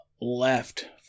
left